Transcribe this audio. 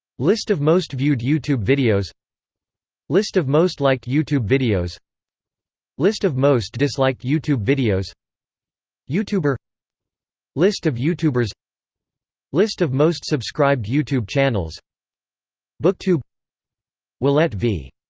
list of most-viewed youtube videos list of most-liked youtube videos list of most-disliked youtube videos youtuber list of youtubers list of most-subscribed youtube channels booktube ouellette v.